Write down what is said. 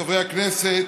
חברי הכנסת,